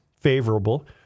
favorable